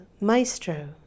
maestro